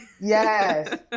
yes